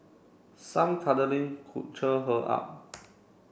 some cuddling could cheer her up